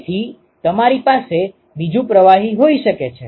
તેથી તમારી પાસે બીજુ પ્રવાહી હોઈ શકે છે